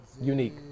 Unique